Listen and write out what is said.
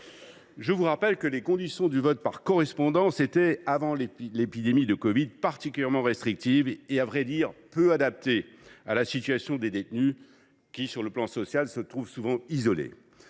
Je vous rappelle que les conditions du vote par correspondance étaient, avant l’épidémie de covid 19, particulièrement restrictives et, à vrai dire, peu adaptées à la situation des détenus, qui se trouvent souvent isolés